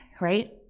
right